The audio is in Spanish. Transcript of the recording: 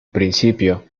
principio